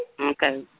Okay